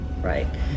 Right